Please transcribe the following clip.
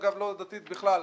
אגב לא דתית בכלל.